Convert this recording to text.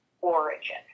origin